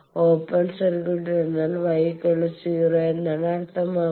open circuit എന്നാൽ Y0 എന്നാണ് അർത്ഥമാക്കുന്നത്